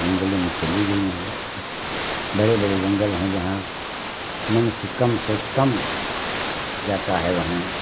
जंगलों में चली गई हैं बड़े बड़े जंगल हैं जहाँ मनुष्य कम से कम जाता है वहाँ